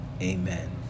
Amen